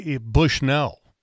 Bushnell